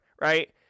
right